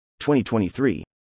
2023